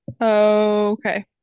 Okay